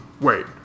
Wait